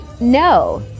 No